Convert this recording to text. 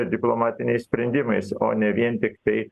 diplomatiniai sprendimais o ne vien tiktai